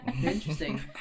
Interesting